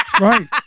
Right